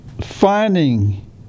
finding